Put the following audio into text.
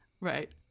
Right